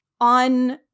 on